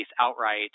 outright